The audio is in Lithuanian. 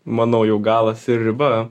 manau jau galas ir riba